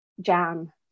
jam